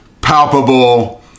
palpable